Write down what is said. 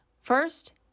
First